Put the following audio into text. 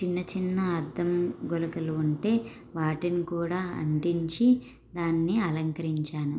చిన్న చిన్న అద్దం గుళకలు ఉంటే వాటిని కూడా అంటించి దాన్ని అలంకరించాను